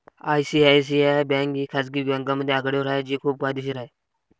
ICICI bank ही खाजगी बँकांमध्ये आघाडीवर आहे जी खूप फायदेशीर आहे